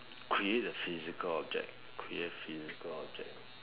create a physical object create a physical object